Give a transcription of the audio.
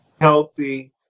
healthy